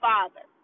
Father